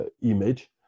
image